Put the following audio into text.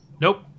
nope